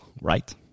right